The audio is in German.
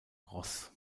ross